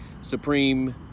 Supreme